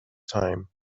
time